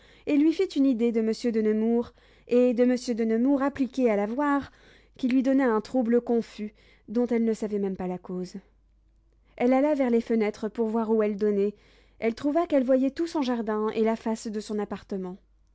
et lui fit une idée de monsieur de nemours et de monsieur de nemours appliqué à la voir qui lui donna un trouble confus dont elle ne savait pas même la cause elle alla vers les fenêtres pour voir où elles donnaient elle trouva qu'elles voyaient tout son jardin et la face de son appartement